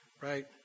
right